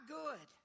good